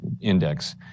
index